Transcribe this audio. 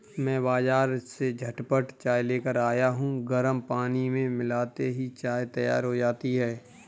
मैं बाजार से झटपट चाय लेकर आया हूं गर्म पानी में मिलाते ही चाय तैयार हो जाती है